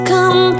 Come